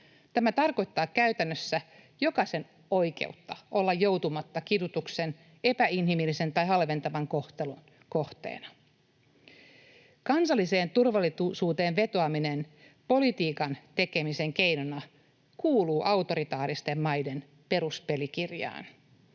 Tämä tarkoittaa käytännössä jokaisen oikeutta olla joutumatta kidutuksen, epäinhimillisen tai halventavan kohtelun kohteena. Kansalliseen turvallisuuteen vetoaminen politiikan tekemisen keinona kuuluu autoritaaristen maiden peruspelikirjaan.